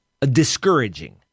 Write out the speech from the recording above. discouraging